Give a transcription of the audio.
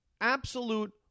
Absolute